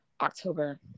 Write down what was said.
October